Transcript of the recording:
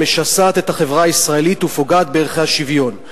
המשסעת את החברה הישראלית ופוגעת בערכי השוויון.